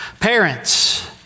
Parents